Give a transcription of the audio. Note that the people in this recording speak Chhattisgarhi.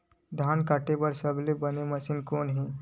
धान काटे बार सबले बने मशीन कोन हे?